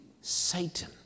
Satan